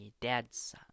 dad's